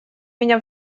меня